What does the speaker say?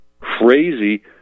crazy